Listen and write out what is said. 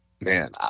man